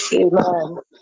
Amen